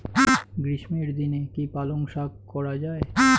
গ্রীষ্মের দিনে কি পালন শাখ করা য়ায়?